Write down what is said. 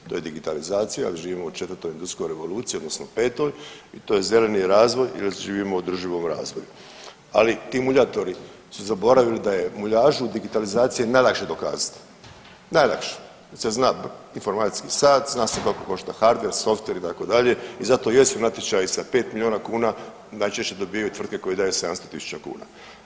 To je digitalizacija, živimo u četvrtoj industrijskoj revoluciji odnosno petoj i to je zeleni razvoj jer živimo u održivom razvoju, ali ti muljatori su zaboravili da je muljažu u digitalizaciji najlakše dokazati, najlakše jer se zna informacijski sat, zna se koliko košta hardver, softver itd. i zato jesu natječaji sa 5 miliona kuna najčešće dobivaju tvrtke koje daju 700.000 kuna.